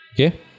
Okay